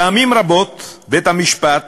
פעמים רבות בית-המשפט,